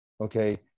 okay